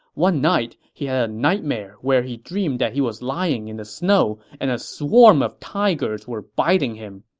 one night, he had a nightmare where he dreamed that he was lying in the snow and a swarm of tigers were biting him.